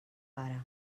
pare